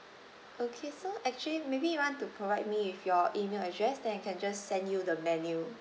okay so actually maybe you want to provide me with your email address then I can just send you the menu